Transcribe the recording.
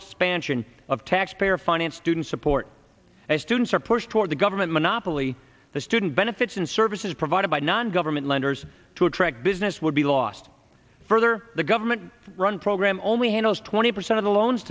expansion of taxpayer financed student support as students are pushed toward the government monopoly the student benefits and services provided by non government lenders to attract business would be lost further the government run program only handles twenty percent of the loans